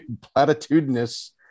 platitudinous